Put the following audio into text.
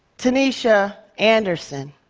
tanisha anderson.